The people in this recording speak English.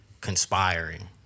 conspiring